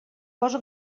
posa